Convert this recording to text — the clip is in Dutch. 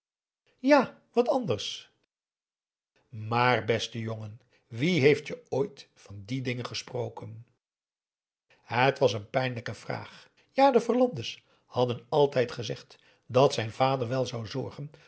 ja wat anders maar beste jongen wie heeft je ooit van die dingen gesproken et was een pijnlijke vraag ja de verlande's hadden altijd gezegd dat zijn vader wel zou zorgen